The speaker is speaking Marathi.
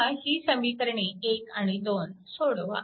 आता ही समीकरणे 1 आणि 2 सोडवा